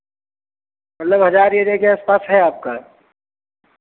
मतलब हज़ार एरिया के आस पास है आपका